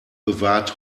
bewahrt